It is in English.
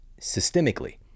systemically